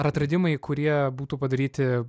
ar atradimai kurie būtų padaryti